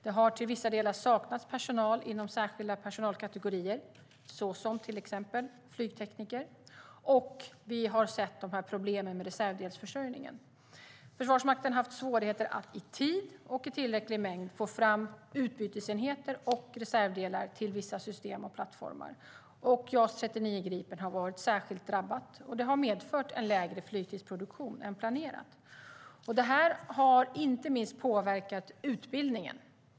Det har till vissa delar saknats personal inom särskilda personalkategorier såsom till exempel flygtekniker, och vi har sett problemen med reservdelsförsörjningen. Försvarsmakten har haft svårigheter att i tid och i tillräcklig mängd få fram utbytesenheter och reservdelar till vissa system och plattformar. JAS 39 Gripen har varit särskilt drabbad, och det har medfört en lägre flygtidsproduktion än planerat. Det har inte minst påverkat utbildningen.